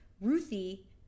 Ruthie